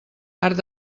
arc